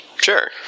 Sure